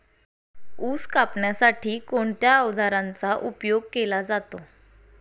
ऊस कापण्यासाठी कोणत्या अवजारांचा उपयोग केला जातो?